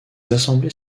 assemblées